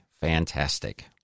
fantastic